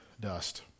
dust